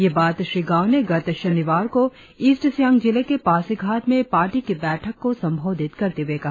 ये बात श्री गाव ने गत शनिवार को ईस्ट सियांग जिले के पासीघाट में पार्टी की बैठक को संबोधित करते हुए कहा